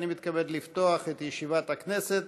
מתכבד לפתוח את ישיבת הכנסת.